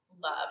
love